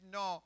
no